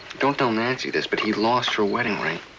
don't tell nancy this but he lost her wedding ring.